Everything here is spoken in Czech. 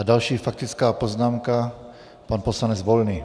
Další faktická poznámka, pan poslanec Volný.